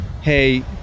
hey